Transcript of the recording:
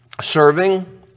serving